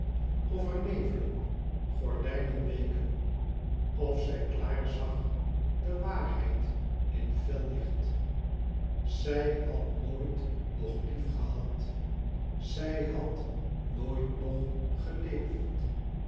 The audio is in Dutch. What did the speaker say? er nevelen gordijnen weken of zij klaar zag de waarheid in fel licht zij had nooit nog lief gehad zij had nooit nog geleefd